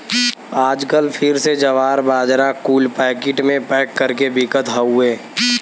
आजकल फिर से जवार, बाजरा कुल पैकिट मे पैक कर के बिकत हउए